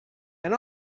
and